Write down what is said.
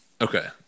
Okay